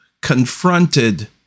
confronted